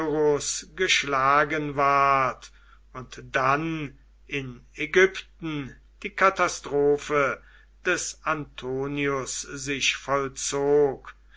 geschlagen ward und dann in ägypten die katastrophe des antonius sich vollzog